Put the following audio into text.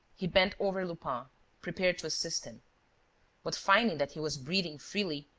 he bent over lupin, prepared to assist him. but, finding that he was breathing freely,